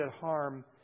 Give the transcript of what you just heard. harm